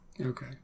Okay